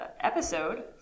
episode